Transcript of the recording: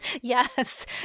Yes